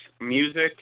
music